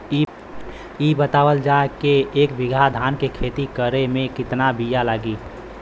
इ बतावल जाए के एक बिघा धान के खेती करेमे कितना बिया लागि?